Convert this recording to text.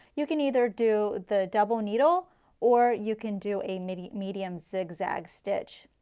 you can either do the double needle or you can do a medium medium zigzag stitch.